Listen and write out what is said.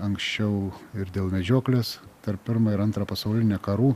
anksčiau ir dėl medžioklės tarp pirmo ir antro pasaulinė karų